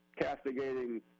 castigating